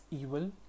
evil